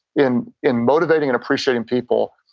in in motivating and appreciating people,